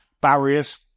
barriers